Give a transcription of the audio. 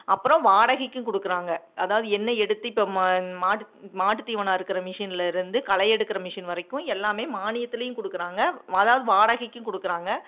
அப்புறோம் வாடகைக்கும் கொடுக்குறாங்க அதாவது என்ன எடுத்து இப்போ ம மாட்டு மாட்டுத்தீவனம் அறுக்கிற மிஷின்லிருந்து களை எடுக்கிற மிஷின் வரைக்கும் எல்லாமே மானியத்துலையும் கொடுக்குறாங்க ம அதாவது வாடகைக்கும் கொடுக்குறாங்க